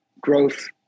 growth